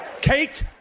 Kate